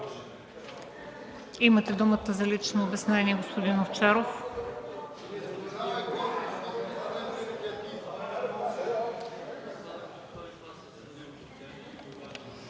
Имате думата за лично обяснение, господин Овчаров.